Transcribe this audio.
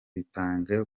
bitangiye